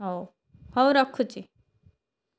ହଉ ହଉ ରଖୁଛି